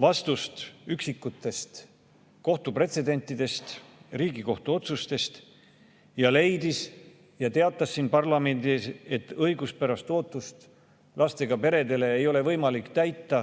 vastust üksikutest kohtupretsedentidest, Riigikohtu otsustest, ning leidis ja teatas siin parlamendi ees, et õiguspärast ootust lastega peredele ei ole võimalik täita